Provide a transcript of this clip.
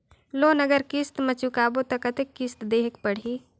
Loan अगर किस्त म चुकाबो तो कतेक किस्त देहेक पढ़ही?